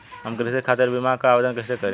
हम कृषि खातिर बीमा क आवेदन कइसे करि?